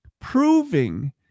proving